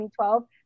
2012